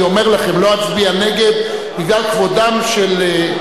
אני אומר לכם, לא אצביע נגד, בגלל כבודם של,